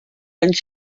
anys